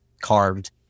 carved